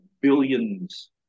Billions